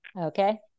Okay